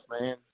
man